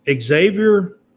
Xavier